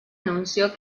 anunció